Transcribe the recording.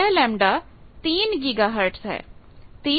यह λ 3 गीगाहर्ट है